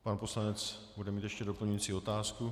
Pan poslanec bude mít ještě doplňující otázku.